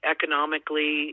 Economically